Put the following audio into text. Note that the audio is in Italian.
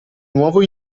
nuovo